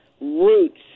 roots